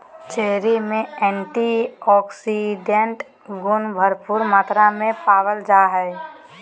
cherry में antioxidants गुण भरपूर मात्रा में पावल जा हइ